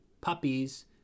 Puppies